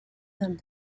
them